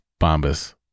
Bombas